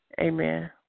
Amen